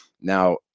now